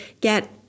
get